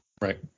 Right